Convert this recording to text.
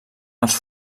els